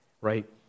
right